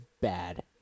bad